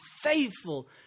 faithful